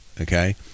okay